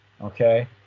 okay